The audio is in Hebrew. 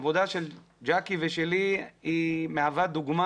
עבודה שלך ג'קי ושלי היא מהווה דוגמה